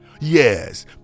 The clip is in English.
Yes